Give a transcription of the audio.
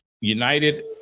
United